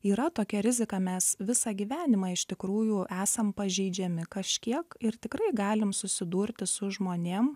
yra tokia rizika mes visą gyvenimą iš tikrųjų esam pažeidžiami kažkiek ir tikrai galim susidurti su žmonėm